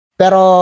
pero